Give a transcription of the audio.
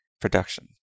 production